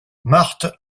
marthe